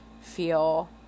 feel